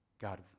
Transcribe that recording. God